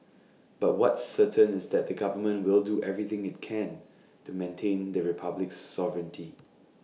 but what's certain is that the government will do everything IT can to maintain the republic's sovereignty